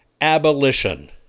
Abolition